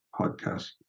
podcast